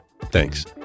Thanks